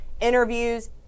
interviews